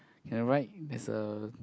and right there's a